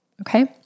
okay